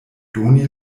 doni